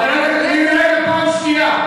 חברת הכנסת רגב, פעם שנייה.